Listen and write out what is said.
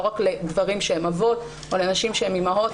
לא רק לגברים שהם אבות או לנשים שהן אימהות.